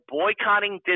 boycotting